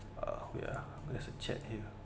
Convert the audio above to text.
uh wait ah there's a check here